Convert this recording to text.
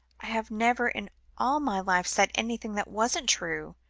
i have never in all my life said anything that wasn't true,